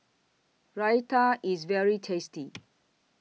Raita IS very tasty